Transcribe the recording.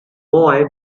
boy